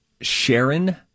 Sharon